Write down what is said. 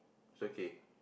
it's okay